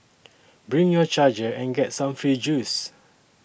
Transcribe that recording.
bring your charger and get some free juice